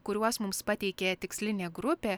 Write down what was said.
kuriuos mums pateikė tikslinė grupė